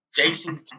Jason